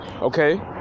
okay